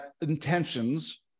intentions